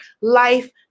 life